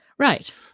Right